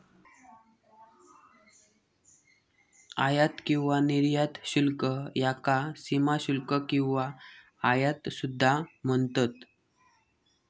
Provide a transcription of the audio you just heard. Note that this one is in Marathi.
आयात किंवा निर्यात शुल्क याका सीमाशुल्क किंवा आयात सुद्धा म्हणतत